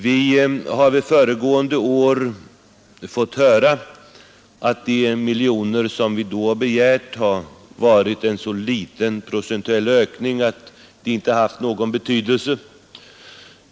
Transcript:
Vi har föregående år ofta fått höra att de miljoner som vi då begärt har varit en så liten procentuell ökning, att den inte haft någon betydelse.